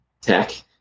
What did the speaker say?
tech